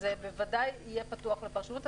זה בוודאי יהיה פתוח לפרשנות.